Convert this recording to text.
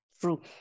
True